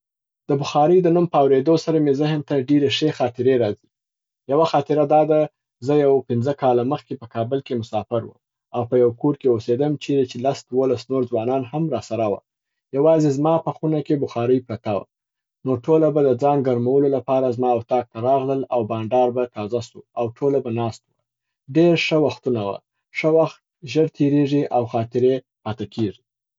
د بخارۍ د نوم په اوریدو سره مي ذهن ته ډېرې ښې خاطرې راځي. یوه خاطره دا ده زه یو پنځه کاله مخکي په کابل کي مسافر وم، او په یو کور کې اوسیدم چیري چې لس دولس نور ځوانان هم را سره وه. یوازي زما په خونه کې بخارۍ پرته وه. نو ټوله به د ځان ګرمولو لپاره زما اطاق ته راغلل، او بانډار به تازه سو او ټوله به ناست وه. ډېر ښه وختونه وه. ښه وخت ژر تیریږي او خاطرې پاته کیږي.